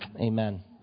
Amen